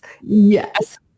Yes